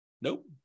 Nope